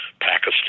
Pakistan